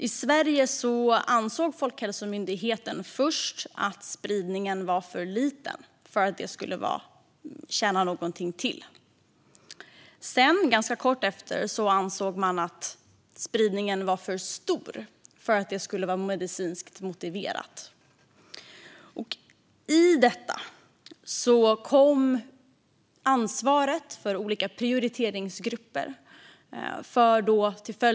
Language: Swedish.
I Sverige ansåg Folkhälsomyndigheten först att spridningen var för liten för att det skulle tjäna någonting till. Ganska kort efter ansåg man att spridningen var för stor för att det skulle vara medicinskt motiverat. Till detta kom ansvaret för olika prioriteringsgrupper.